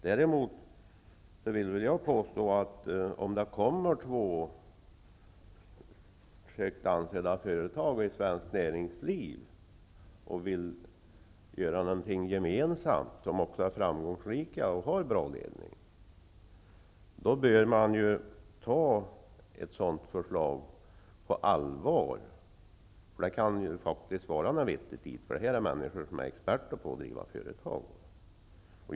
Däremot vill jag för min del påstå att om det kommer två inom svenskt näringsliv högt ansedda företag och vill göra någonting gemensamt -- företag som är framgångsrika och har bra ledningar -- bör man ta ett sådant förslag på allvar. Det kan faktiskt ligga något vettigt i det, för här rör det sig om människor som är experter på att driva företag.